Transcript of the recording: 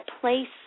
place